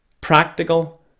practical